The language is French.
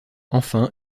enfin